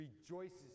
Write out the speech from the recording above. rejoices